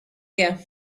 here